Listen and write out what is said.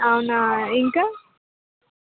అవునా ఇంకా